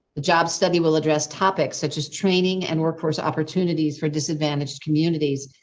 the job study will address topics such as training and workforce opportunities for disadvantage communities.